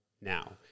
now